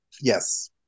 Yes